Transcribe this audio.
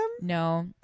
No